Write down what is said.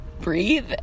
breathe